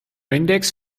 index